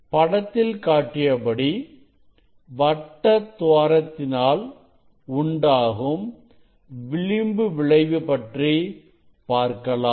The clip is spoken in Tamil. படத்தில் காட்டியபடி வட்டத்துவாரத்தினால் உண்டாகும் விளிம்பு விளைவு பற்றி பார்க்கலாம்